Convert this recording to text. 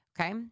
Okay